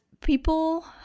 people